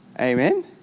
Amen